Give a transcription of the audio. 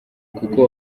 kuko